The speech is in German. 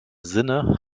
sinne